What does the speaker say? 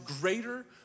greater